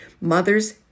mothers